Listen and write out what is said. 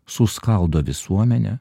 suskaldo visuomenę